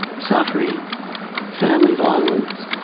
suffering family violence